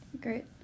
Great